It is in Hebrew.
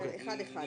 כן.